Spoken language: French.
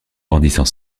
grandissent